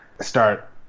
start –